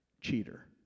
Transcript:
cheater